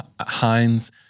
Heinz